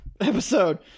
episode